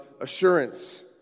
assurance